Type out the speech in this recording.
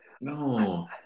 No